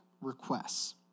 requests